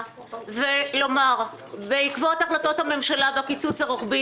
ולומר שבעקבות החלטות הממשלה בקיצוץ הרוחבי,